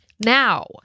now